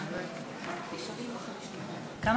כמה?